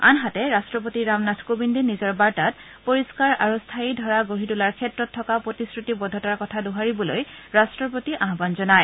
অনহাতে ৰাষ্ট্ৰপতি ৰামনাথ কোবিন্দে নিজৰ বাৰ্তাত পৰিষ্কাৰ আৰু স্থায়ী ধৰা গঢ়ি তোলাৰ ক্ষেত্ৰত থকা প্ৰতিশ্ৰুতিবদ্ধতাৰ কথা দোহাৰিবলৈ ৰাট্টৰ প্ৰতি আহান জনায়